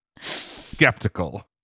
Skeptical